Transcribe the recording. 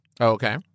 Okay